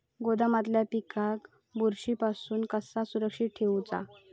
गोदामातल्या पिकाक बुरशी पासून कसा सुरक्षित ठेऊचा?